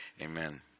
Amen